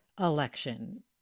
election